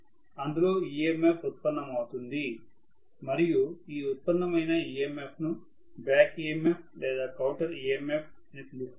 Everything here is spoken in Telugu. అందులో EMF ఉత్పన్నం అవుతుంది మరియు ఈ ఉత్పన్నమైన EMF ను బ్యాక్ EMF లేదా కౌంటర్ EMF అని పిలుస్తాము